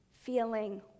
feeling